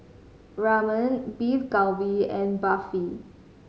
Ramen Beef Galbi and Barfi